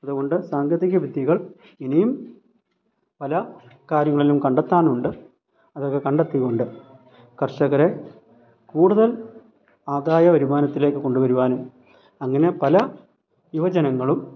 അതുകൊണ്ട് സാങ്കേതികവിദ്യകൾ ഇനിയും പല കാര്യങ്ങളിലും കണ്ടെത്താനുണ്ട് അതൊക്കെ കണ്ടെത്തിക്കൊണ്ട് കർഷകരെ കൂടുതൽ ആദായ വരുമാനത്തിലേക്ക് കൊണ്ടുവരുവാനും അങ്ങനെ പല യുവജനങ്ങളും